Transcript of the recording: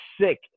sick